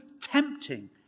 tempting